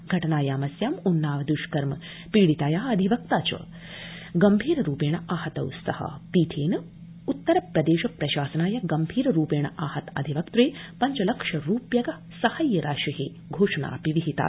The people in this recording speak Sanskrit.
घटनायामस्यां उन्नाव दृष्कर्म पीडिता तया अधिवक्ता च गंभीर रूपेण आहतौ स्तः पीठेन उत्तरप्रदेश प्रशासनाय गंभीर रूपेण आहत अधिवक्त्रे पंच लक्ष रूप्यक साहाय्य राशे घोषणापि विहितास्ति